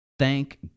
Thank